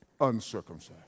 uncircumcised